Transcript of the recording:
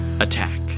attack